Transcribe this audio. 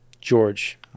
George